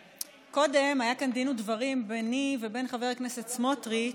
קודם היה כאן דין ודברים ביני ובין חבר הכנסת סמוטריץ',